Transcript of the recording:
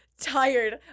tired